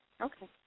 Okay